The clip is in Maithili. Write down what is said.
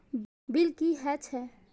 बील की हौए छै?